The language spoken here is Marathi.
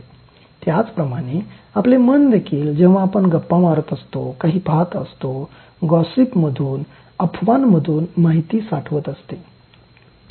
त्याप्रमाणेच आपले मनदेखील जेव्हा आपण गप्पा मारत असतो काही पाहत असतो गॉसिप मधून अफवांमधून माहिती साठवत असते